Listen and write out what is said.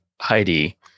heidi